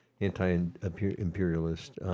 anti-imperialist